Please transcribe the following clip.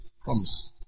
promise